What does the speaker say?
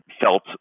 felt